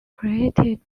created